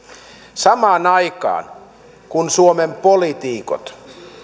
samaan aikaan kun suomen poliitikot